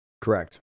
Correct